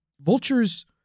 vultures